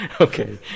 Okay